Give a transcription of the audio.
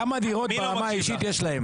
כמה דירות ברמה האישית יש להם.